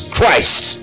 Christ